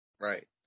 Right